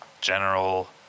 general